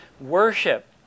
worship